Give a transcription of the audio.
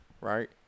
right